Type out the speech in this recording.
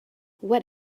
what